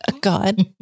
God